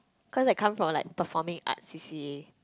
cause I come from like performing art C_C_A